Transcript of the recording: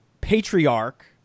patriarch